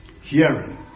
Hearing